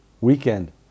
weekend